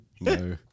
No